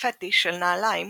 לפטיש של נעליים